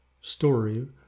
story